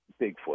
Bigfoot